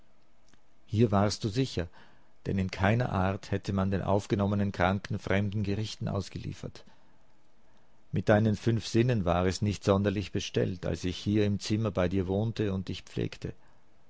hier warst du sicher denn in keiner art hätte man den aufgenommenen kranken fremden gerichten ausgeliefert mit deinen fünf sinnen war es nicht sonderlich bestellt als ich hier im zimmer bei dir wohnte und dich pflegte